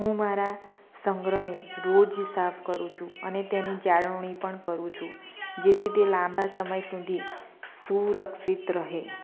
હું મારા સંગ્રહને રોજે સાફ કરું છું અને તેની જાળવણી પણ કરું છું જેથી તે લાંબા સમય સુધી સુરક્ષિત રહે